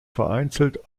vereinzelt